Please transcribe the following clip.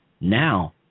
Now